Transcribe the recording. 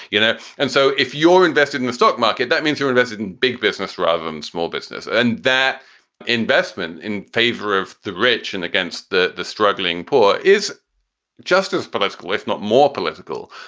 you know. and so if you're invested in the stock market, that means you're invested in big business rather than small business. and that investment in favor of the rich and against the the struggling poor is just as political, if not more political,